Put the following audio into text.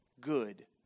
good